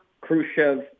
Khrushchev